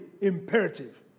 imperative